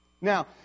Now